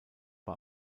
war